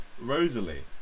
Rosalie